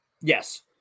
Yes